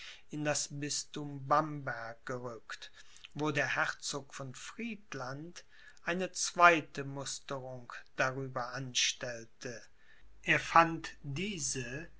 in das bisthum bamberg gerückt wo der herzog von friedland eine zweite musterung darüber anstellte er fand diese